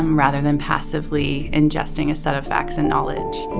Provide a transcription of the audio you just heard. rather than passively ingesting a set of facts and knowledge.